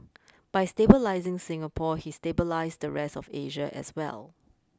by stabilising Singapore he stabilised the rest of Asia as well